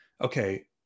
okay